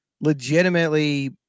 legitimately –